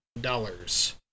dollars